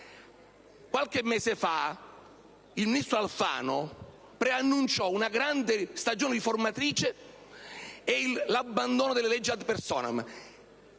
Qualche mese fa il ministro Alfano preannunciò una grande stagione riformatrice e l'abbandono delle leggi *ad personam*.